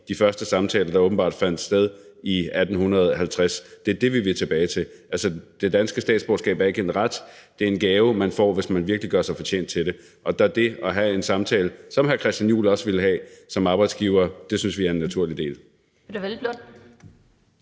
de første samtaler, der åbenbart fandt sted i 1850. Det er det, vi vil tilbage til. Altså, det danske statsborgerskab er ikke en ret, men en gave, man får, hvis man virkelig gør sig fortjent til det. Og derfor synes vi, at det at have en samtale, sådan som hr. Christian Juhl også vil som arbejdsgiver, er en naturlig del af det.